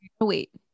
wait